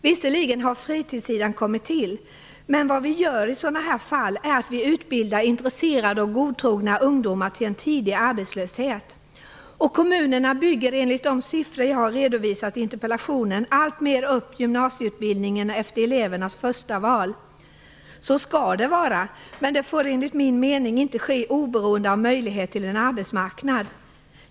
Visserligen har fritidssidan kommit till, men i sådana här fall utbildar vi intresserade och godtrogna ungdomar till en tidig arbetslöshet. Kommunerna bygger enligt de siffror jag redovisat i interpellationen alltmer upp gymnasieutbildningen efter elevernas förstaval. Så skall det vara, men det får enligt min mening inte ske oberoende av möjligheten att få jobb på arbetsmarknaden.